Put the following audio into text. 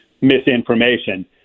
misinformation